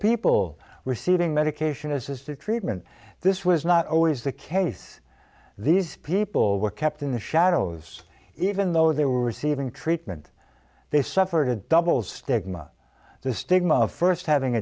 people receiving medication assisted treatment this was not always the case these people were kept in the shadows even though they were saving treatment they suffered a double stigma the stigma of first having